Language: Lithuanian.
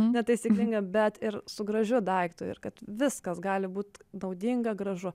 netaisyklingą bet ir su gražiu daiktu ir kad viskas gali būt naudinga gražu